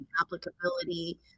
applicability